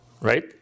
right